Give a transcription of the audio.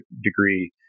degree